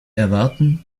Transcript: erwarten